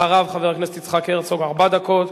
אחריו, חבר הכנסת יצחק הרצוג, ארבע דקות.